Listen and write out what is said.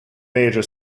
major